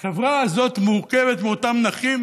החברה הזאת מורכבת מאותם נכים,